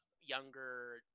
younger